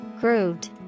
Grooved